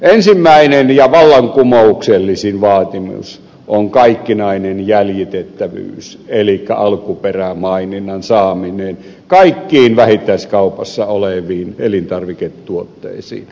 ensimmäinen ja vallankumouksellisin vaatimus on kaikkinainen jäljitettävyys elikkä alkuperämaininnan saaminen kaikkiin vähittäiskaupassa oleviin elintarviketuotteisiin